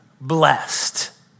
blessed